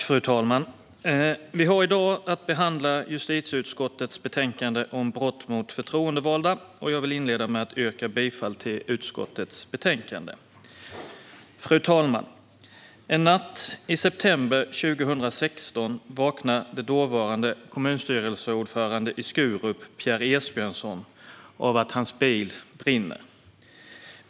Fru talman! Vi ska nu behandla justitieutskottets betänkande om brott mot förtroendevalda. Jag vill inleda med att yrka bifall till förslaget i utskottets betänkande. Fru talman! En natt i september 2016 vaknar den dåvarande kommunstyrelseordföranden i Skurup, Pierre Esbjörnsson, av att hans bil brinner.